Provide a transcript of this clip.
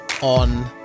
on